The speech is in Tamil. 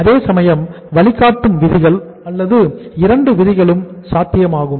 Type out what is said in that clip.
அதேசமயம் வழிகாட்டும் விதிகள் அல்லது இரண்டு விதிகளும் சாத்தியமாகும்